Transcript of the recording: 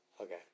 Okay